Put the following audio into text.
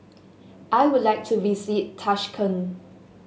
I would like to visit Tashkent